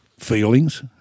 feelings